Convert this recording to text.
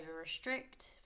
restrict